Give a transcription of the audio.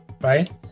right